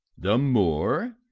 the moor.